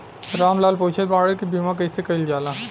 राम लाल पुछत बाड़े की बीमा कैसे कईल जाला?